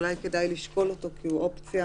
שאולי כדאי לשקול אותו כי הוא אופציה